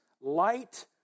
light